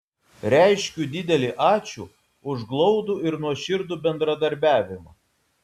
reiškiu didelį ačiū už glaudų ir nuoširdų bendradarbiavimą